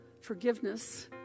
forgiveness